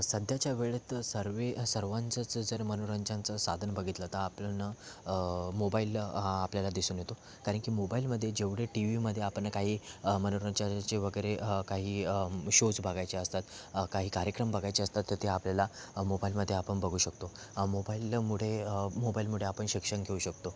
सध्याच्या वेळेत सर्व सर्वांचंच जर मनोरंजनाचं साधन बघितलं तर आपण मोबाईल हा आपल्याला दिसून येतो कारण की मोबाइलमध्ये जेवढे टी वीमध्ये आपण काही मनोरंजनाचे वगैरे काही शोज बघायचे असतात काही कार्यक्रम बघायचे असतात तर ते आपल्याला मोबाइलमध्ये आपण बघू शकतो मोबाइलमुळे मोबाइलमुळे आपण शिक्षण घेऊ शकतो